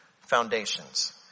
foundations